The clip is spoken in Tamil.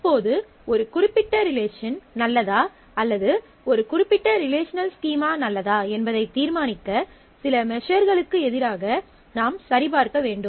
இப்போது ஒரு குறிப்பிட்ட ரிலேஷன் நல்லதா அல்லது ஒரு குறிப்பிட்ட ரிலேஷனல் ஸ்கீமா நல்லதா என்பதை தீர்மானிக்க சில மெசர்ஸ்களுக்கு எதிராக நாம் சரிபார்க்க வேண்டும்